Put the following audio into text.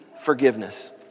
forgiveness